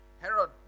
Herod